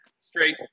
straight